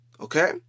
Okay